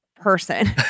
person